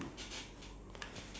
they like to talk about